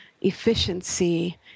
efficiency